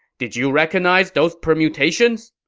did you recognize those permutations?